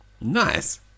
Nice